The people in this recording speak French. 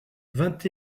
vingt